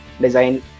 design